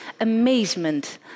amazement